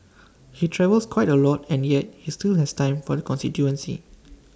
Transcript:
he travels quite A lot and yet he still has time for the constituency